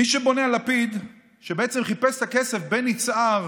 מי שבונה על לפיד, שבעצם חיפש את הכסף בין יצהר